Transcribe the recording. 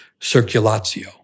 circulatio